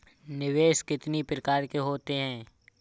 निवेश कितनी प्रकार के होते हैं?